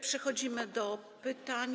Przechodzimy do pytań.